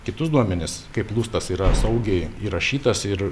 kitus duomenis kaip lustas yra saugiai įrašytas ir